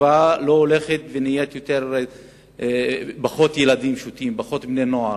ולא הולכת לכיוון של פחות ילדים, בני נוער,